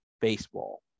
baseball